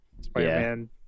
Spider-Man